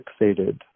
fixated